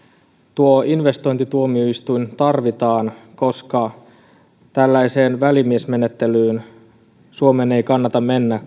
tuo investointituomioistuin tarvitaan koska tällaiseen välimiesmenettelyyn suomen ei kannata mennä